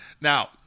Now